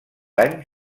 any